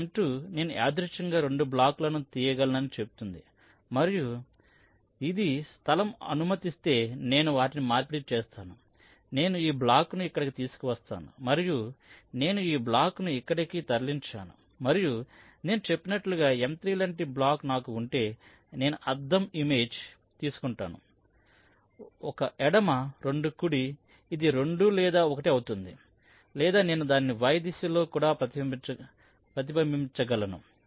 ఈ M2 నేను యాదృచ్ఛికంగా రెండు బ్లాకులను తీయగలనని చెప్తుంది మరియు ఇది స్థలం అనుమతిస్తే నేను వాటిని మార్పిడి చేస్తాను నేను ఈ బ్లాక్ను ఇక్కడికి తీసుకువస్తాను మరియు నేను ఈ బ్లాక్ను ఇక్కడికి తరలించాను మరియు నేను చెప్పినట్లుగా M3 లాంటి బ్లాక్ నాకు ఉంటే నేను అద్దం ఇమేజ్ తీసుకుంటాను అంటే 1 ఎడమ 2 కుడి ఇది 2 లేదా 1 అవుతుంది లేదా నేను దానిని y దిశలో కూడా ప్రతిబింబించగలను